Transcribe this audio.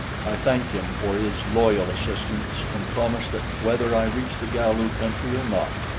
i thanked him for his loyal assistance and promised that whether i reached the galu country or not,